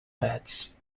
bets